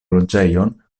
loĝejon